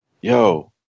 yo